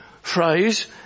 phrase